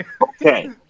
Okay